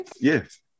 yes